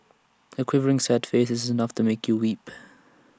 her quivering sad face is enough to make you weep